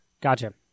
Gotcha